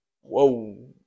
Whoa